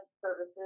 Services